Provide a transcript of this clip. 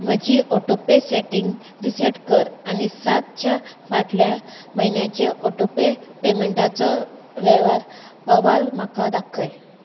म्हजीं autopay settings reset कर आनी सातच्या फाटल्या म्हयन्याचे ऑटोपे पेमेंटाचो वेव्हार अहवाल म्हाका दाखय